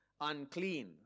unclean